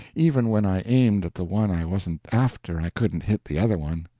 even when i aimed at the one i wasn't after i couldn't hit the other one,